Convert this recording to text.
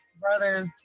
Brothers